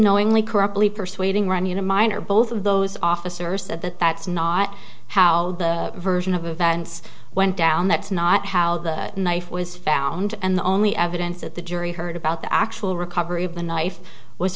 knowingly corruptly persuading runyan a minor both of those officers to that's not how the version of events went down that's not how the knife was found and the only evidence that the jury heard about the actual recovery of the knife was